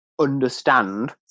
understand